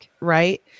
Right